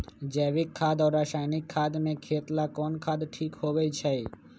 जैविक खाद और रासायनिक खाद में खेत ला कौन खाद ठीक होवैछे?